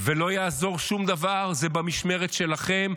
ולא יעזור שום דבר, זה במשמרת שלכם.